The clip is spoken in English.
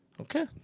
okay